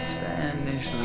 Spanish